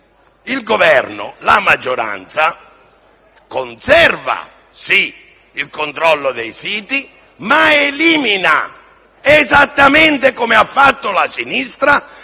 il Governo e la maggioranza conservano sì il controllo dei siti, ma eliminano, esattamente come ha fatto la sinistra,